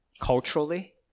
culturally